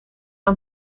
een